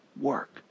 work